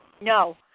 No